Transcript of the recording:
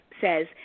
says